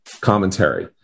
commentary